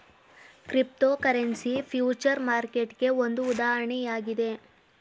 cryptocurrency future ಮಾರ್ಕೆಟ್ಗೆ ಒಂದು ಉದಾಹರಣೆಯಾಗಿದೆ